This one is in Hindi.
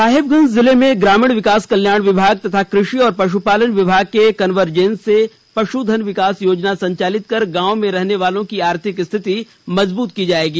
साहिबगंज जिले में ग्रामीण विकास कल्याण विभाग तथा कृषि और पशुपालन विभाग के कन्वर्जेस से पशुधन विकास योजना संचालित कर गांव में रहने वालों की आर्थिक स्थिति मजबूत की जाएगी